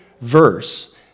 verse